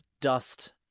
dust